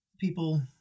People